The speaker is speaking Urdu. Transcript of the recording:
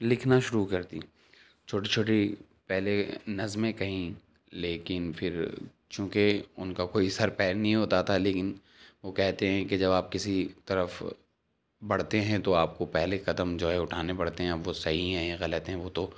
لکھنا شروع کر دی چھوٹی چھوٹی پہلے نظمیں کہیں لیکن پھر چونکہ ان کا کوئی سر پیر نہیں ہوتا تھا لیکن وہ کہتے ہیں کہ جب آپ کسی طرف بڑھتے ہیں تو آپ کو پہلے قدم جو ہے اٹھانے پڑتے ہیں وہ صحیح ہیں یا غلط ہیں وہ تو